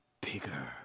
bigger